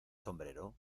sombrero